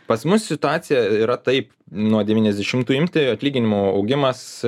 pas mus situacija yra taip nuo devyniasdešimtų imti atlyginimų augimas